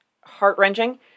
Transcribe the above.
heart-wrenching